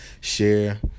share